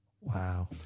Wow